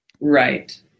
right